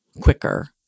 quicker